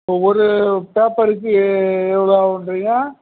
இப்போ ஒரு பேப்பருக்கு எவ்வளோ ஆகும்ன்றீங்க